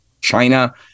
China